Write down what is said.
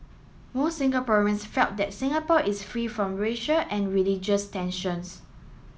most Singaporeans felt that Singapore is free from racial and religious tension